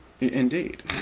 Indeed